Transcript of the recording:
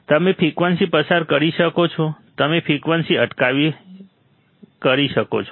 તમે ફ્રિકવન્સી પસાર કરી શકો છો તમે ફ્રિકવન્સી અટકાવી કરી શકો છો